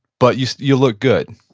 but you you look good?